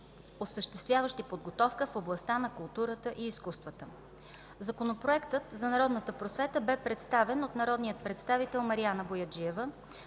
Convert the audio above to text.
осъществяващи подготовка в областта на културата и на изкуствата. Законопроектът за народната просвета бе представен от народния представител Мариана Бояджиева.